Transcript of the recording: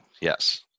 Yes